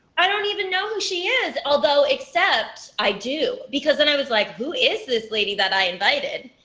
i don't even know who she is. although, except, i do. because then i was like, who is this lady that i invited?